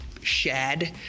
shad